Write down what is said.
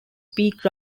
peak